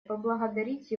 поблагодарить